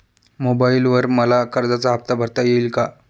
मोबाइलवर मला कर्जाचा हफ्ता भरता येईल का?